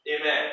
Amen